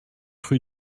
rue